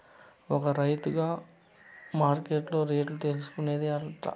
ఒక రైతుగా మార్కెట్ రేట్లు తెలుసుకొనేది ఎట్లా?